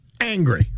angry